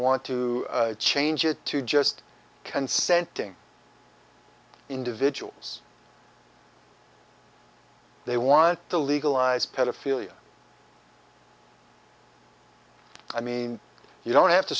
want to change it to just consenting individuals they want to legalize pedophilia i mean you don't have to